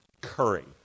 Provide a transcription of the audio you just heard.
Curry